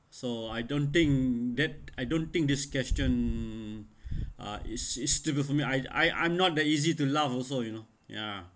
so I don't think that I don't think this question uh is suitable for me I I I'm not that easy to laugh also you know ya